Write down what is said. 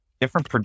different